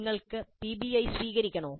നിങ്ങൾക്ക് പിബിഐ സ്വീകരിക്കണോ